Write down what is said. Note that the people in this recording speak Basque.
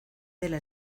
dela